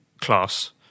class